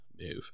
move